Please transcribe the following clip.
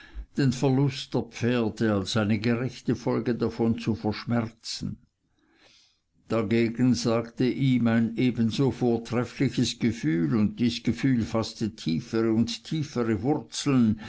den verlust der pferde als eine gerechte folge davon zu verschmerzen dagegen sagte ihm ein ebenso vortreffliches gefühl und dies gefühl faßte tiefere und tiefere wurzeln